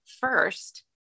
first